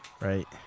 Right